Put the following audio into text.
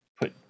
put